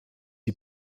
die